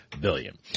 billion